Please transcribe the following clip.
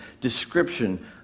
description